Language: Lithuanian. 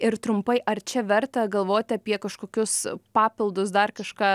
ir trumpai ar čia verta galvoti apie kažkokius papildus dar kažką